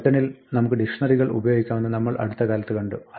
പൈത്തണിൽ നമുക്ക് ഡിക്ഷ്ണറികൾ ഉപയോഗിക്കാമെന്ന് നമ്മൾ അടുത്തകാലത്ത് കാണ്ടു